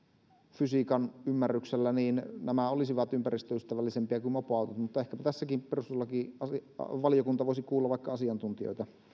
fysiikan ymmärryksellä nämä olisivat ympäristöystävällisempiä kuin mopoautot mutta ehkäpä tässäkin perustuslakivaliokunta voisi kuulla vaikka asiantuntijoita